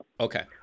Okay